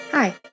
Hi